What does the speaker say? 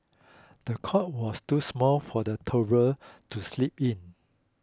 the cot was too small for the toddler to sleep in